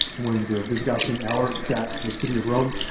when the visigoth king alaric sacks the city of rome,